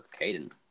Caden